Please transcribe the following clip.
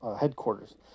headquarters